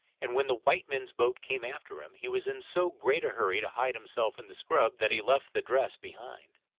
and when the white men's boat came after him, he was in so great a hurry to hide himself in the scrub that he left the dress behind.